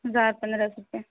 ہزار پندرہ سو روپے